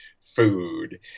food